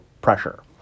pressure